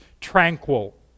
tranquil